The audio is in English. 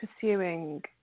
pursuing